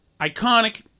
iconic